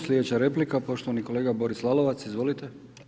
Slijedeća replika poštovani kolega Boris Lalovac, izvolite.